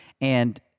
And-